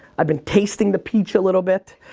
i've been tasting the peach a little bit.